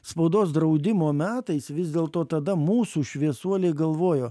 spaudos draudimo metais vis dėlto tada mūsų šviesuoliai galvojo